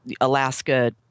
Alaska